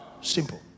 Simple